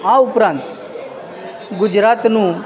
આ ઉપરાંત ગુજરાતનું